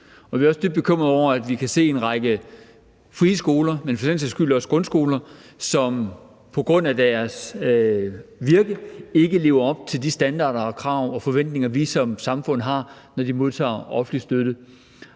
vi er også dybt bekymrede over, at vi kan se en række frie skoler, men for den sags skyld også grundskoler, som på grund af deres virke ikke lever op til de standarder og krav og forventninger, vi som samfund har, når de modtager offentlig støtte.